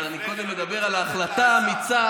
אבל אני קודם אדבר על ההחלטה האמיצה,